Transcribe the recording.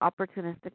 opportunistic